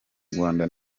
rwanda